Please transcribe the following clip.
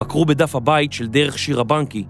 בקרו בדף הבית של דרך שירה בנקי